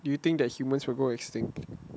do you think that humans will go extinct